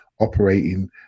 operating